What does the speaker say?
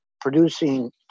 producing